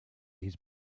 his